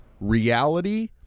reality